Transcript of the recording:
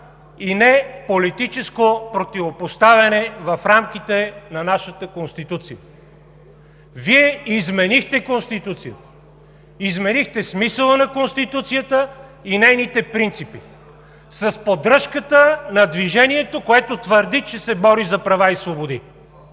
и не политическо противопоставяне в рамките на нашата Конституция. Вие изменихте Конституцията! Изменихте смисъла на Конституцията и нейните принципи с поддръжката на движението, което твърди, че се бори за права и свободи.